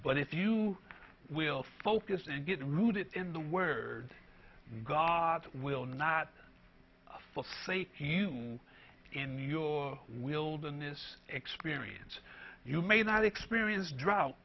but if you will focus and get rooted in the words god will not forsake you in your wilderness experience you may not experience drought